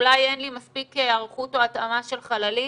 אולי אין לי מספיק היערכות או התאמה של חללים?